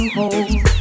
hold